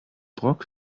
brok